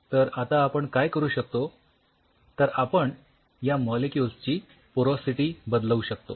तर आता आपण काय करू शकतो तर आपण या मॉलिक्युल्स ची पोरॉसिटी बदलवु शकतो